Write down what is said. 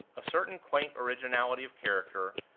a certain quaint originality of character,